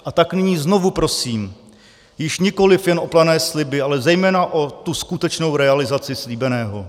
A tak nyní znovu prosím již nikoliv jen o plané sliby, ale zejména o tu skutečnou realizaci slíbeného.